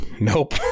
Nope